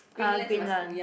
uh Greenland